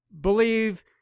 believe